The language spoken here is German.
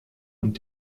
und